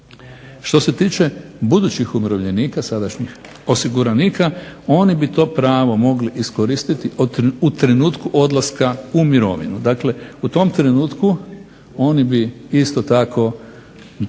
Što se tiče budućih umirovljenika, sadašnjih osiguranika oni bi to pravo mogli iskoristiti u trenutku odlaska u mirovinu. Dakle, u tom trenutku oni bi isto tako morali